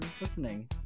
listening